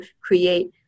create